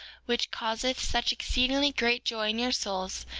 which causeth such exceedingly great joy in your souls,